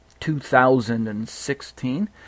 2016